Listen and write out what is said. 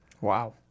Wow